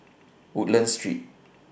Woodlands Street